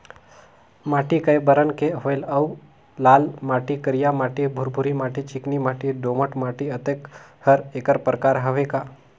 माटी कये बरन के होयल कौन अउ लाल माटी, करिया माटी, भुरभुरी माटी, चिकनी माटी, दोमट माटी, अतेक हर एकर प्रकार हवे का?